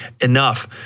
enough